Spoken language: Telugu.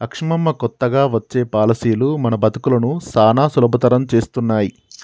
లక్ష్మమ్మ కొత్తగా వచ్చే పాలసీలు మన బతుకులను సానా సులభతరం చేస్తున్నాయి